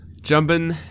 jumping